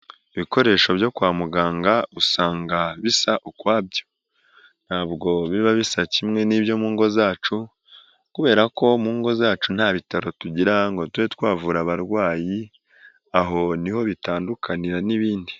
Ibikoresho byo kwa muganga usanga bisa ukwabyo ntabwo biba bisa kimwe n'ibyo mu ngo zacu kubera ko mu ngo zacu nta bitaro tugira ngo tube twavura abarwayi aho niho bitandukanira n'ibindi.